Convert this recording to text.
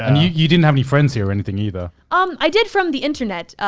and you you didn't have any friends here or anything either? um i did from the internet,